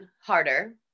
harder